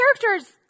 characters